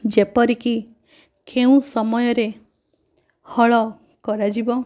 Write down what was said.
ଯେପରିକି କେଉଁ ସମୟରେ ହଳ କରାଯିବ